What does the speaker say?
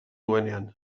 duenean